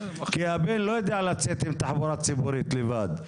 כי הבן לא יודע לצאת עם תחבורה ציבורית לבד,